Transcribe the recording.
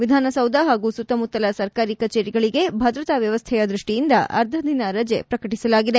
ವಿಧಾನಸೌಧ ಹಾಗೂ ಸುತ್ತಮುತ್ತಲ ಸರ್ಕಾಂ ಕಚೇರಿಗಳಗೆ ಭದ್ರತಾ ವ್ಯವಕ್ಕೆಯ ದೃಷ್ಟಿಯಿಂದ ಅರ್ಧದಿನ ರಜೆ ಪ್ರಕಟಿಸಲಾಗಿದೆ